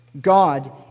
God